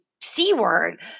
C-word